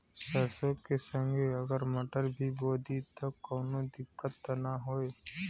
सरसो के संगे अगर मटर भी बो दी त कवनो दिक्कत त ना होय?